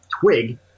twig